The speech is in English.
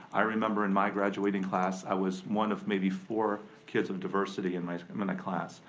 i remember in my graduating class i was one of maybe four kids of diversity in my um and class.